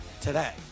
today